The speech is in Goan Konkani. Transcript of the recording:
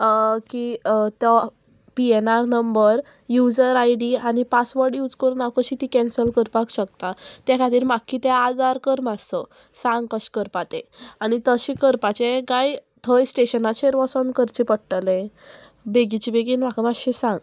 की तो P N R number user I D आनी पासवर्ड यूज करून हांव कशी ती कॅन्सल करपाक शकता ते खातीर म्हाका ते आदार कर मातसो सांग कशें करपा ते आनी तशें करपाचे काय थंय स्टेशनाचेर वोसोन करचे पडटले बेगीचे बेगीन म्हाका मातशें सांग